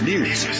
News